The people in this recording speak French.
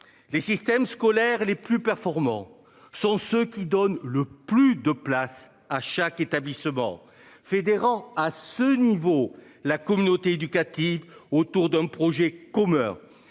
les systèmes scolaires les plus performants sont ceux qui donnent le plus de place à chaque établissement fédérant à ce niveau la communauté éducative autour d'un projet co-meurt,